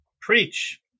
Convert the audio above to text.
preach